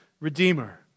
Redeemer